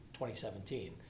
2017